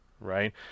right